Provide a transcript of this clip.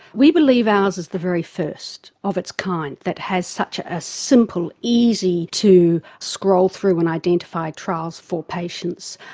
we believe ours is the very first of its kind that has such a simple, easy to scroll through and identify trials for patients.